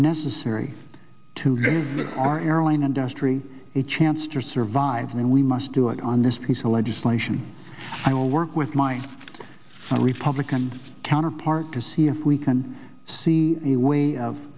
necessary to get our airline industry it chance to survive and we must do it on this piece of legislation i will work with my fellow republican counterpart to see if we can see a way of